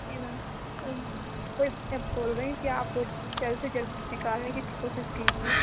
जी ma'am वही मैं बोल रही हूँ कि आप जल्द से जल्द निकालने की कोशिश कीजिए